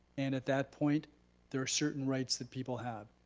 and at that point there are certain rights that people have.